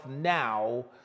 now